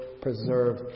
preserve